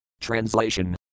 Translation